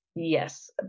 yes